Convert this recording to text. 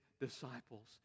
disciples